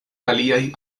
aliaj